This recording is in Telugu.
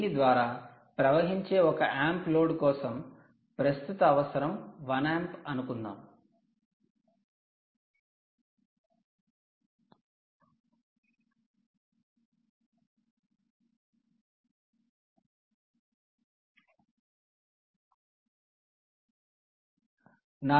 దీని ద్వారా ప్రవహించే ఒక 'ఆంప్' లోడ్ కోసం ప్రస్తుత అవసరం 1 'ఆంప్' అనుకుందాం